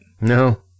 No